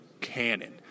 cannon